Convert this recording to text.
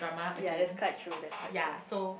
ya that's quite true that's quite true